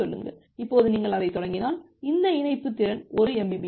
இப்போது நீங்கள் அதைத் தொடங்கினால் இந்த இணைப்பு திறன் 1 mbps